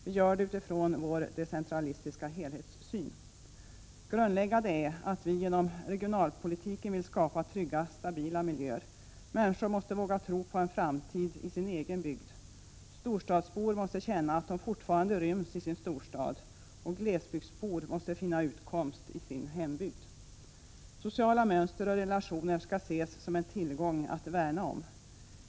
Vi gör det utifrån vår decentralistiska helhetssyn. Grundläggande är att vi genom regionalpolitiken vill skapa trygga stabila miljöer. Människor måste våga tro på en framtid i sin egen bygd. Storstadsbor måste känna att de fortfarande ryms i sin storstad och glesbygdsbor måste finna utkomst i sin hembygd. Sociala mönster och relationer skall ses som en tillgång att värna om.